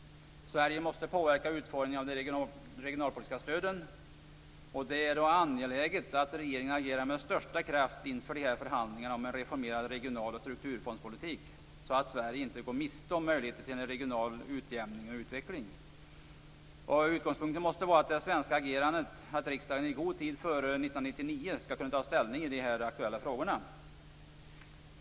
Sverige måste påverka utformningen av de regionalpolitiska stöden. Det är angeläget att regeringen agerar med största kraft inför förhandlingarna om en reformerad regional och strukturfondspolitik så att Sverige inte går miste om möjligheter till regional utjämning och utveckling. Utgångspunkten för det svenska agerandet måste vara att riksdagen i god tid före 1999 skall kunna ta ställning i de aktuella frågorna.